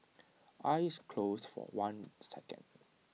eyes closed for one second